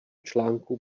článků